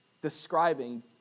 describing